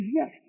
yes